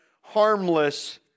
harmless